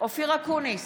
אופיר אקוניס,